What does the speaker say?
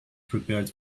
prepared